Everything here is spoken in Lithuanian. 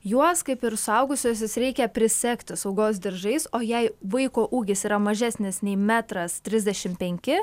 juos kaip ir suaugusiuosius reikia prisegti saugos diržais o jei vaiko ūgis yra mažesnis nei metras trisdešim penki